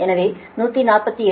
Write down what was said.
எனவே 148